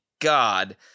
God